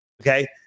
Okay